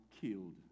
killed